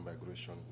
migration